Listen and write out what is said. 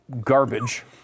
garbage